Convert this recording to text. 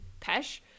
Pesh